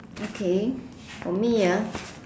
okay for me ah